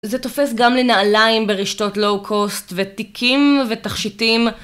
זה תופס גם לנעליים ברשתות לואו-קוסט ותיקים ותכשיטים.